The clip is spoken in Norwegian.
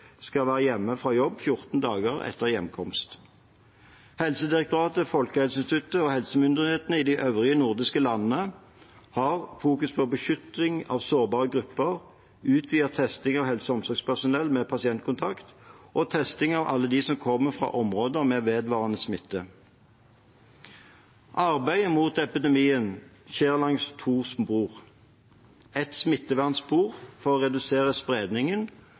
skal være hjemme fra jobb i 14 dager etter hjemkomst. Helsedirektoratet, Folkehelseinstituttet og helsemyndighetene i de øvrige nordiske landene har fokus på beskyttelse av sårbare grupper, utvidet testing av helse- og omsorgspersonell med pasientkontakt og testing av alle som kommer fra områder med vedvarende smitte. Arbeidet mot epidemien skjer langs to spor: et smittevernspor for å redusere spredningen